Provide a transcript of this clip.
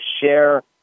share